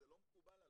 זה לא מקובל עלי.